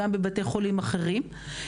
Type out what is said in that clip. גם בבתי חולים אחרים.